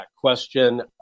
question